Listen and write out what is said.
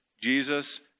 Jesus